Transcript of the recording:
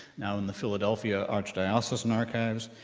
now in the philadelphia archdiocese and archives.